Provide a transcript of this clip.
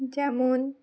যেমন